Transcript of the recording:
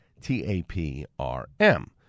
T-A-P-R-M